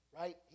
Right